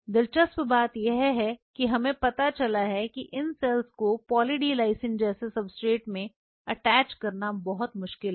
दिलचस्प बात यह है कि हमें पता चला है कि इन सेल्स को पॉली डी लिसाइन जैसे सब्सट्रेट में अटैच करना बहुत मुश्किल है